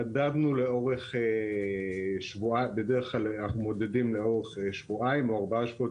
בדרך כלל אנחנו מודדים לאורך שבועיים או ארבעה שבועות.